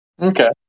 Okay